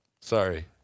Sorry